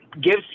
gives